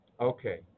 Okay